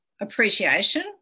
appreciation